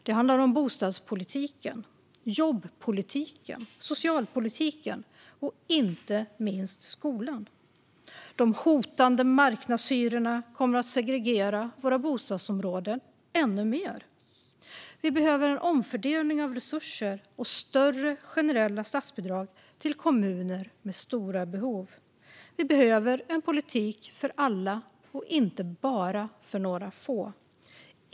Det handlar om bostadspolitiken, jobbpolitiken, socialpolitiken och inte minst om skolan. De hotande marknadshyrorna kommer att segregera våra bostadsområden ännu mer. Vi behöver en omfördelning av resurser och större generella statsbidrag till kommuner med stora behov. Vi behöver en politik för alla och inte bara för några få.